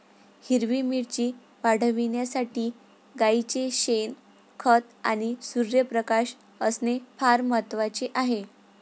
हिरवी मिरची वाढविण्यासाठी गाईचे शेण, खत आणि सूर्यप्रकाश असणे फार महत्वाचे आहे